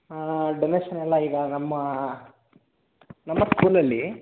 ಹಾಂ ಡೊನೇಶನ್ ಎಲ್ಲ ಈಗ ನಮ್ಮ ನಮ್ಮ ಸ್ಕೂಲಲ್ಲಿ